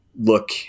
look